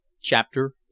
Chapter